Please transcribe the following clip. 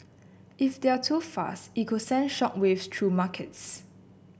if they're too fast it could send shock waves through markets